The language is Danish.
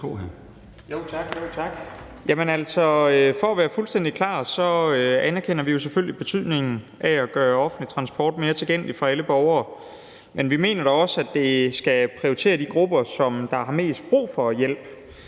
For at være fuldstændig klar anerkender vi selvfølgelig betydningen af at gøre offentlig transport mere tilgængelig for alle borgere. Men vi mener også, at det skal prioritere de grupper, som har mest brug for hjælp.